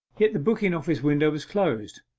yet the booking-office window was closed.